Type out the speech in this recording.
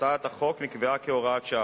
הצעת החוק נקבעה כהוראת שעה.